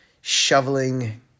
shoveling